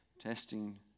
testing